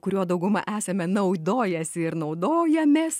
kuriuo dauguma esame naudojęsi ir naudojamės